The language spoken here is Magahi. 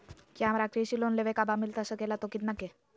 क्या हमारा कृषि लोन लेवे का बा मिलता सके ला तो कितना के?